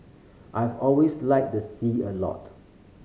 I've always liked the sea a lot